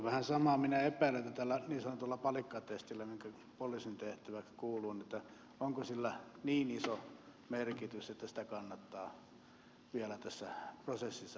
vähän samaa minä epäilen koskien tätä niin sanottua palikkatestiä mikä poliisin tehtäviin kuuluu että onko sillä niin iso merkitys että sitä kannattaa vielä tässä prosessissa pitää